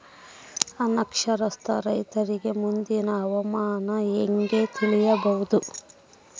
ಅನಕ್ಷರಸ್ಥ ರೈತರಿಗೆ ಮುಂದಿನ ಹವಾಮಾನ ಹೆಂಗೆ ತಿಳಿಯಬಹುದು?